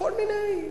כל מיני.